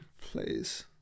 please